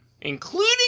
including